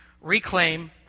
Reclaim